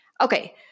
Okay